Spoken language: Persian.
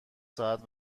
ساعت